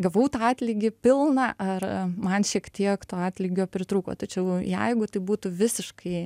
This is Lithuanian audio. gavau tą atlygį pilną ar man šiek tiek to atlygio pritrūko tačiau jeigu tai būtų visiškai